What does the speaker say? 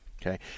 Okay